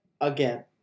again